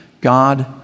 God